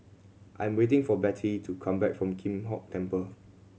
I'm waiting for Bettye to come back from Kim Hong Temple